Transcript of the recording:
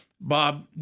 Bob